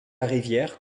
rivière